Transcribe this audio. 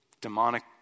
demonic